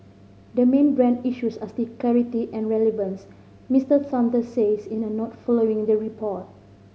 the main brand issues are still clarity and relevance Mister Saunders said in a note following the report